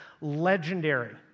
legendary